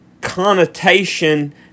connotation